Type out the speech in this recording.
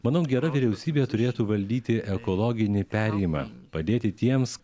manau gera vyriausybė turėtų valdyti ekologinį perėjimą padėti tiems